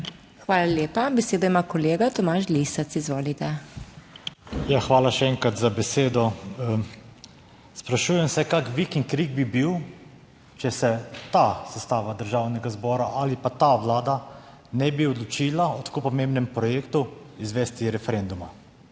Hvala lepa. Besedo ima kolega Tomaž Lisec, izvolite. **TOMAŽ LISEC (PS SDS):** Hvala še enkrat za besedo. Sprašujem se, kakšen vik in krik bi bil, če se ta sestava Državnega zbora ali pa ta Vlada ne bi odločila o tako pomembnem projektu izvesti referenduma.